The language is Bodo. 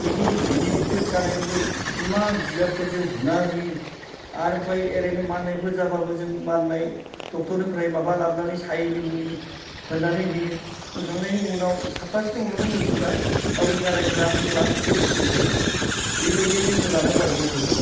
इनि जिनिरफोर जानायफोरखो इमान जिगाबफोरजो हुना होयो आरो ओमफ्राय ओरैनो माननायफोर जाब्लाबो जों माननाय ड'क्टरनिफ्राय माबा लाबनानै साहिनि मुलि फोननानै होयो फोनखांनायनि उनाव सफ्थासेनि उनावनो मोसौफ्रा गावनो गारायफ्रा हामब्ला सिल सिल जायो इबायदिया जोथोन लानांगौ आरो मोसौफोरखौ